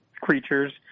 creatures